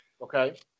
Okay